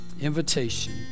invitation